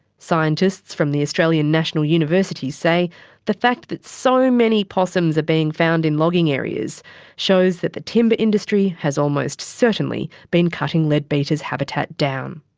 scientists from the australian national university say the fact that so many possums are being found in logging areas shows that the timber industry has almost certainly been cutting leadbeater's habitat down.